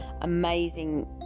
amazing